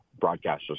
broadcasters